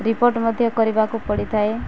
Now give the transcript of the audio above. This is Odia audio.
ରିପୋର୍ଟ ମଧ୍ୟ କରିବାକୁ ପଡ଼ିଥାଏ